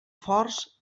forts